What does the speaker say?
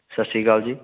ਸਤਿ ਸ਼੍ਰੀ ਅਕਾਲ ਜੀ